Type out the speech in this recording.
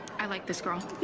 i like this girl.